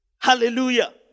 Hallelujah